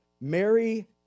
Mary